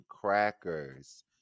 crackers